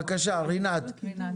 בבקשה, רינת.